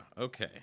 okay